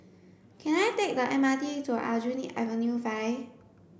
can I take the M R T to Aljunied Avenue five